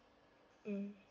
mm